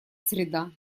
среда